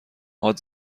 هات